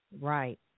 Right